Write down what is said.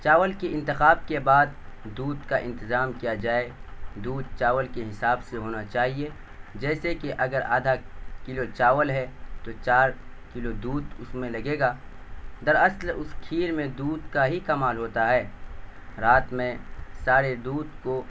چاول کی انتخاب کے بعد دودھ کا انتظام کیا جائے دودھ چاول کے حساب سے ہونا چاہیے جیسے کہ اگر آدھا کلو چاول ہے تو چار کلو دودھ اس میں لگے گا دراصل اس کھیر میں دودھ کا ہی کمال ہوتا ہے رات میں سارے دودھ کو